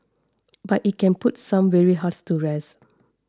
but it can put some weary hearts to rest